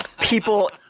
people